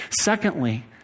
Secondly